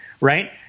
Right